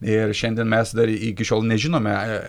ir šiandien mes dar iki šiol nežinome